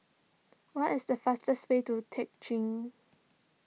what is the fastest way to Teck Ghee